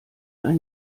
ein